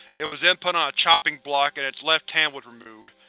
it was then put on a chopping block and its left hand was removed.